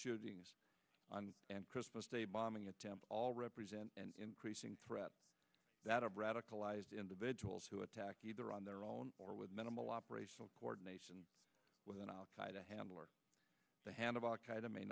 shootings and christmas day bombing attempt all represent an increasing threat that of radicalized individuals who attack either on their own or with minimal operational coordination with an al qaeda handler